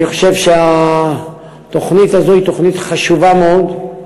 אני חושב שהתוכנית הזאת היא תוכנית חשובה מאוד.